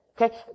Okay